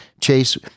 Chase